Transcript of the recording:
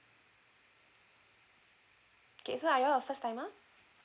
okay so are you a first timer